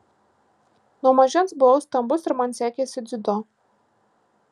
nuo mažens buvau stambus ir man sekėsi dziudo